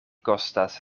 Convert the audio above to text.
kostas